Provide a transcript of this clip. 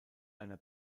einer